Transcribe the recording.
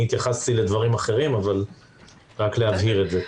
אני התייחסתי לדברים אחרים, אבל רק להבהיר את זה.